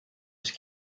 mis